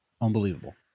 Unbelievable